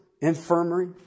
infirmary